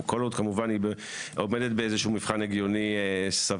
כל עוד כמובן היא עומדת באיזה שהוא מבחן הגיוני סביר.